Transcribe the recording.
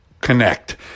Connect